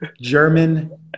German